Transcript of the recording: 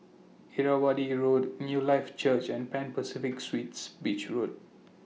Irrawaddy Road Newlife Church and Pan Pacific Suites Beach Road